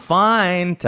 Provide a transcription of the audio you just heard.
fine